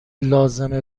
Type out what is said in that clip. لازمه